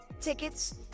tickets